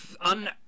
un-